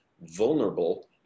vulnerable